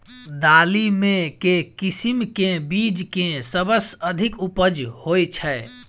दालि मे केँ किसिम केँ बीज केँ सबसँ अधिक उपज होए छै?